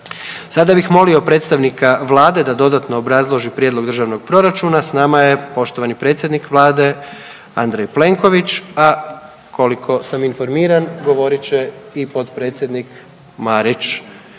Sada bih molio predstavnika vlade da dodatno obrazloži prijedlog državnog proračuna. S nama je poštovani predsjednik vlade Andrej Plenković, a koliko sam informiran govorit će i potpredsjednik Marić.